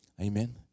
Amen